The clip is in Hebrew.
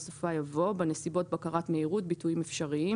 בסופה יבוא: הנסיבותהביטויים האפשריים